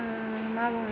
मा बुंनो